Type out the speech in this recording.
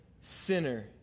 sinner